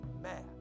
mad